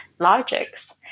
logics